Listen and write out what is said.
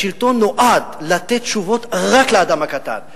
השלטון נועד לתת תשובות רק לאדם הקטן.